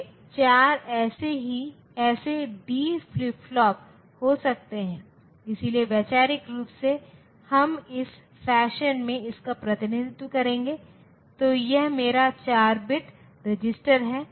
A B F 0 0 1 0 1 1 1 0 1 0 0 0 इसी तरह यदि आप NOR गेट लेते हैं NOR गेट OR गेट का उल्टा और कुछ नहीं है